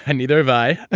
and neither have i.